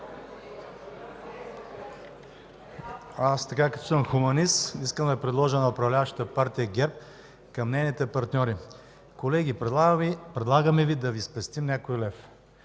Аз като хуманист, искам да предложа на управляващата Партия ГЕРБ, към нейните партньори: колеги, предлагаме Ви да Ви спестим някой лев,